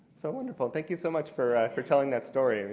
so wonderful. thank you so much for for telling that story.